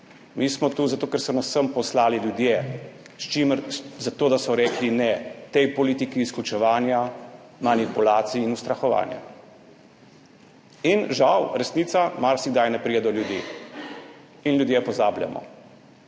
mi smo tu zato, ker so nas sem poslali ljudje, zato da so rekli ne tej politiki izključevanja, manipulacij in ustrahovanja. Žal resnica marsikdaj ne pride do ljudi. In ljudje pozabljamo.